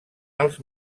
els